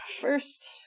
first